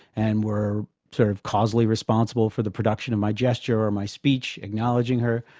and we're sort of causally responsible for the production of my gesture or my speech acknowledging her.